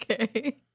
okay